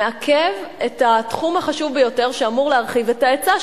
את התחום החשוב ביותר שאמור להרחיב את ההיצע,